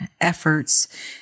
efforts